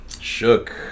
Shook